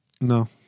No